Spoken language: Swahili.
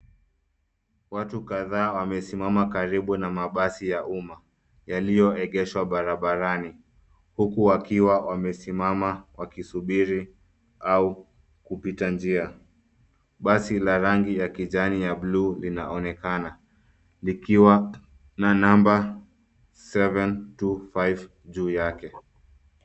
Watu kadhaa wamesimama karibu na mabasi ya umma yaliyoegeshwa barabarani, huku wakiwa wamesimama wakisubiri au kupita njia. Basi la rangi ya kijani ya bluu linaonekana likiwa na number 725 juu yake.